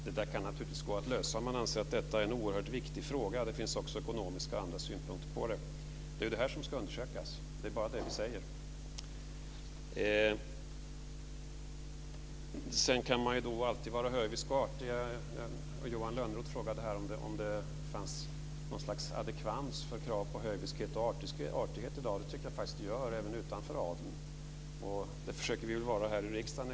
Det kan gå att lösa om man anser att det är en oerhört viktig fråga. Det finns också ekonomiska och andra synpunkter. Det är det som ska undersökas. Det är det vi säger. Det går alltid att vara hövisk och artig. Johan Lönnroth frågade om det fanns någon adekvans för krav på höviskhet och artighet i dag. Det tycker jag att det gör även utanför adeln. Vi försöker vara det t.ex. här i riksdagen.